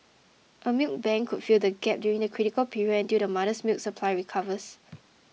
a milk bank could fill the gap during the critical period until the mother's milk supply recovers